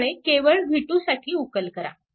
त्यामुळे केवळ v2 साठी उकल करा